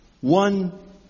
one